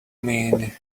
mean